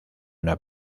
una